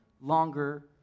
longer